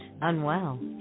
unwell